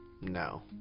no